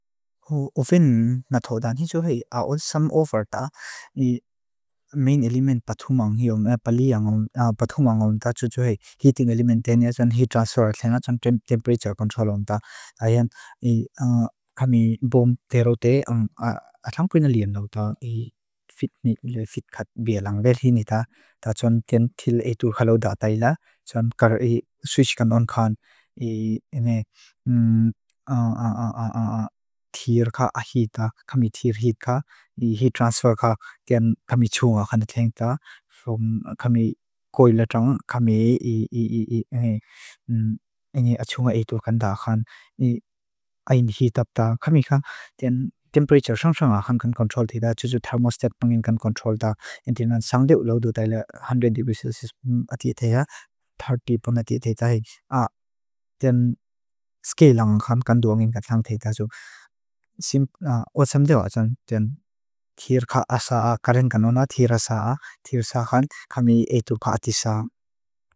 O fin na thó dan, hi tsú hei aol sám óvár tá. I main element bátthumang hiu, mea palí ángón, bátthumang ángón. Tá tsú tsú hei heating element ténia, tsú hei heat transfer, ténia tsú hei temperature control ángón. Tá áyán, kami bóom té raute átháng púi na léan náu tá, hi fit nít leo fit kát bía langbéth hi nítá, tá tsún tén tíl éitúrká lau dá tái la, tsún kára hi swish kanónkán, hi iné tíir ká ájítá, kami tíir heat ká, hi heat transfer ká, tén kami tsú ákánta tléng tá, kami gói la tráng, kami éi átsú ákánta Tír ká ásá á karenganóná tír ásá á, tír sá xan kámi éitu pátisa.